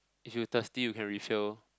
if you thirsty you can refill